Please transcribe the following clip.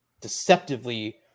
deceptively